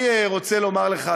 אני רוצה לומר לך,